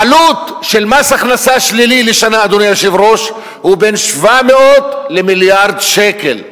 העלות של מס הכנסה שלילי לשנה היא בין 700 למיליארד שקל,